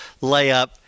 layup